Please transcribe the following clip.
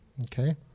okay